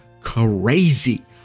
crazy